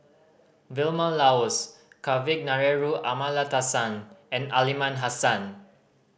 Vilma Laus Kavignareru Amallathasan and Aliman Hassan